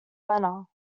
lena